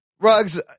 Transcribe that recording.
Rugs